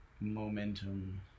momentum